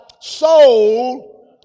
soul